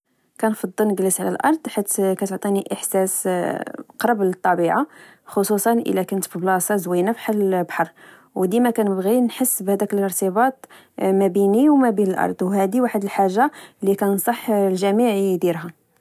كنفضل نجلس على الارض حيت كتعطيني احساس قريب للطبيعة خصوصا الى كنت فبلاصة زوينة بحال البحر او ديما كنبغي نحس بهداك الارتباط ما بيني وبين وما بين الارض وهادي واحد الحالجة اللي كنصح الجميع اديرها